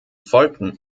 folgen